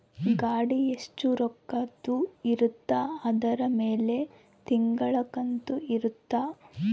ಗಾಡಿ ಎಸ್ಟ ರೊಕ್ಕದ್ ಇರುತ್ತ ಅದುರ್ ಮೇಲೆ ತಿಂಗಳ ಕಂತು ಇರುತ್ತ